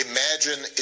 Imagine